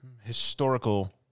historical